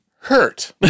hurt